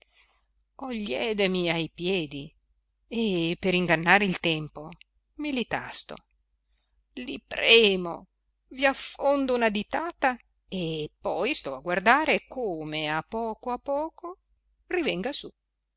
ho gli edemi ai piedi e per ingannare il tempo me li tasto li premo vi affondo una ditata e poi sto a guardare come a poco a poco rivenga su